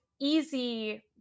easy